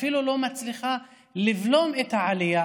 אפילו לא מצליחה לבלום את העלייה,